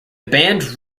band